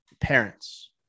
parents